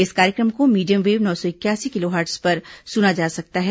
इस कार्यक्रम को मीडियम वेव नौ सौ इकयासी किलोहर्ट्ज पर सुना जा सकता है